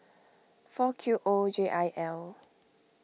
four Q O J I L